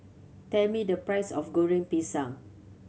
tell me the price of Goreng Pisang